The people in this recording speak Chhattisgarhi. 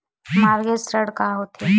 मॉर्गेज ऋण का होथे?